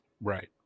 Right